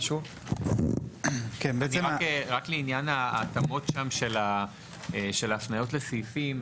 רק לעניין ההתאמות שם של ההפניות לסעיפים,